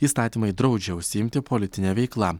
įstatymai draudžia užsiimti politine veikla